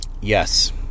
Yes